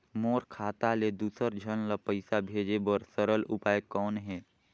मोर खाता ले दुसर झन ल पईसा भेजे बर सरल उपाय कौन हे?